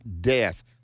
death